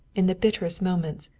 in the bitterest moments,